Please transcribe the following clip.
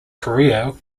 career